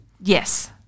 Yes